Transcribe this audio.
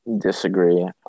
disagree